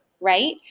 right